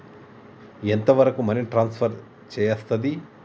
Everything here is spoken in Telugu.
ఎంత వరకు మనీ ట్రాన్స్ఫర్ చేయస్తది?